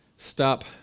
Stop